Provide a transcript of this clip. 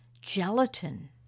Gelatin